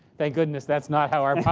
thank goodness, that's not how our